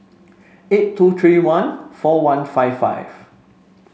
eight two three one four one five five